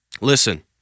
Listen